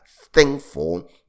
thankful